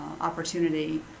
opportunity